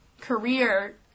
career